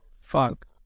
Fuck